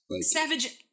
Savage